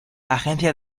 agencia